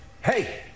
hey